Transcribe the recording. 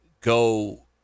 go